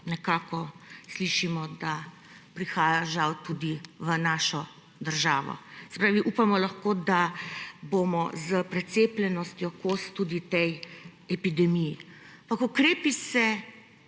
nekako slišimo, da prihaja žal tudi v našo državo. Se pravi, upamo lahko, da bomo s precepljenostjo tudi kos tej epidemiji. Ampak ukrepi se